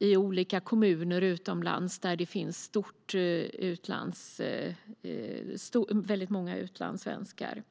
i olika kommuner utomlands där det finns många utlandssvenskar.